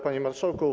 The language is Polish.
Panie Marszałku!